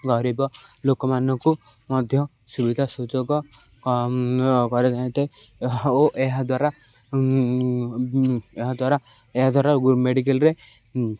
ଗରିବ ଲୋକମାନଙ୍କୁ ମଧ୍ୟ ସୁବିଧା ସୁଯୋଗ କରାଯାଇଥାଏ ଓ ଏହାଦ୍ୱାରା ଏହାଦ୍ୱାରା ଏହାଦ୍ୱାରା ମେଡ଼ିକାଲରେ